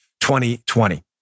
2020